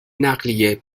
نقلیه